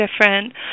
different